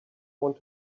want